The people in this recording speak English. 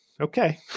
okay